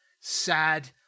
sad